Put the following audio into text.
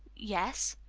yes.